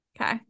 Okay